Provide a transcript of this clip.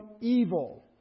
evil